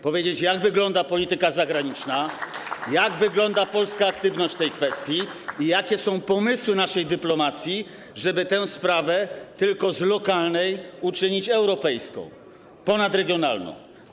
Powiedzieć, jak wygląda polityka zagraniczna, jak wygląda polska aktywność w tej kwestii i jakie są pomysły naszej dyplomacji, żeby tę sprawę z lokalnej uczynić europejską, ponadregionalną.